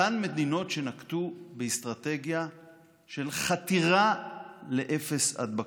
אותן מדינות שנקטו אסטרטגיה של חתירה לאפס הדבקה.